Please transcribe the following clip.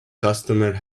customer